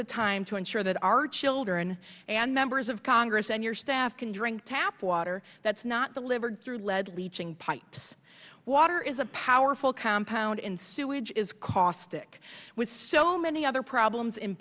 the time to ensure that our children and members of congress and your staff can drink tap water that's not delivered through lead leaching pipes water is a powerful compound in sewage is caustic with so many other problems in